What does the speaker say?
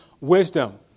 wisdom